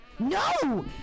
No